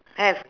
have